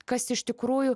kas iš tikrųjų